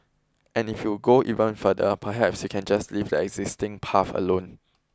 and if you go even further perhaps you can just leave the existing path alone